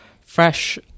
fresh